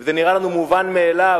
זה נראה לנו מובן מאליו,